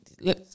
Look